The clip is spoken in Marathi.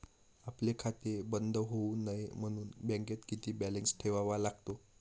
आपले खाते बंद होऊ नये म्हणून बँकेत किती बॅलन्स ठेवावा लागतो?